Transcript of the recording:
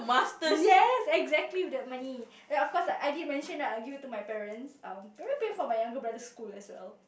yes exactly with that money and of course I did mention that I'll give it to my parents um probably pay for my younger brother's school as well